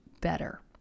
better